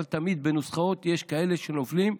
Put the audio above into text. אבל תמיד בנוסחאות יש כאלה שנופלים,